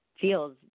feels